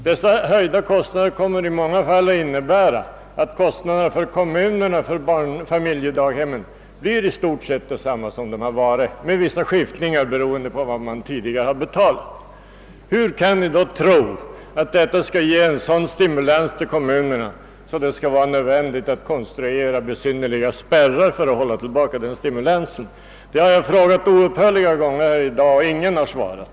Förslaget kommer i många fall att innebära att kommunernas kostnader för familjedaghemmen blir i stort sett samma som tidigare. Vissa ändringar kommer det dock att bli, beroende på vad som tidigare har betalats. Hur kan ni då tro att detta skall ge en sådan stimulans till kommunerna att det skall vara nödvändigt att konstruera besynnerliga spärrar för att hålla tillbaka den stimulansen? Jag har frågat detta upprepade gånger i dag och ingen har svarat.